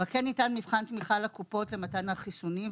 אבל כן ניתן מבחן תמיכה לקופות למתן החיסונים,